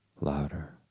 louder